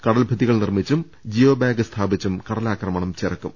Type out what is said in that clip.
കടൽഭിത്തികൾ നിർമ്മിച്ചും ജിയോബാഗ് സ്ഥാപിച്ചും കടലാക്രമണം ചെറുക്കും